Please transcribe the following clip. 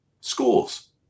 schools